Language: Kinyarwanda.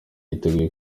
yiteguye